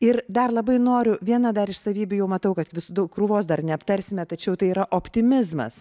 ir dar labai noriu vieną dar iš savybių matau kad vis krūvos dar neaptarsime tačiau tai yra optimizmas